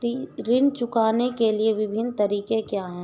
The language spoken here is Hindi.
ऋण चुकाने के विभिन्न तरीके क्या हैं?